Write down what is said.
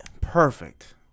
Perfect